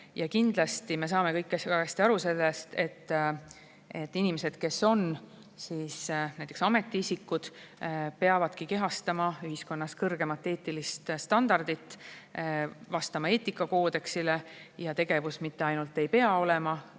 tasemel. Me saame kõik väga hästi aru, et inimesed, kes on näiteks ametiisikud, peavadki kehastama ühiskonnas kõrgemat eetilist standardit, vastama eetikakoodeksile, ja et nende tegevus mitte ainult ei pea olema